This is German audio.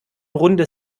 runde